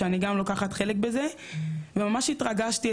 שאני גם לוקחת חלק בזה וממש התרגשתי,